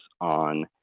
on